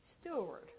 steward